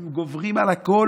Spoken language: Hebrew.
הם גוברים על הכול,